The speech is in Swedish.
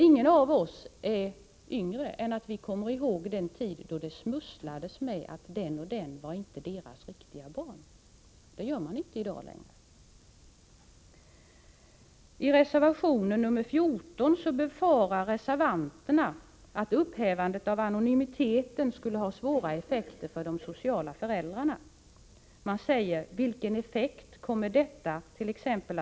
Ingen av oss är yngre än att vi kommer ihåg den tid då det smusslades med att vissa inte var föräldrarnas ”riktiga” barn. Det gör man inte i dag. I reservation nr 14 befarar reservanterna att upphävandet av anonymiteten skulle ha svåra effekter för de sociala föräldrarna. Reservanterna säger: ”Vilken effekt kommer detta tt.ex.